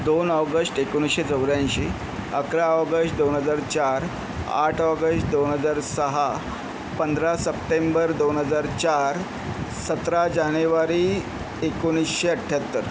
दोन ऑगस्ट एकोणीसशे चौऱ्याऐंशी अकरा ऑगस्ट दोन हजार चार आठ ऑगस्ट दोन हजार सहा पंधरा सप्टेंबर दोन हजार चार सतरा जानेवारी एकोणीसशे अट्ठ्याहत्तर